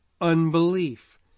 unbelief